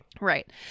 Right